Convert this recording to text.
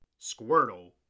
Squirtle